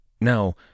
Now